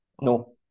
no